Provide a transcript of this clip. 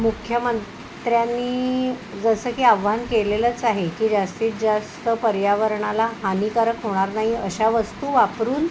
मुख्यमंत्र्यांनी जसं की आव्हान केलेलंच आहे की जास्तीत जास्त पर्यावरणाला हानिकारक होणार नाही अशा वस्तू वापरून